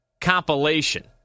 compilation